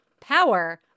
power